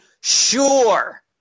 sure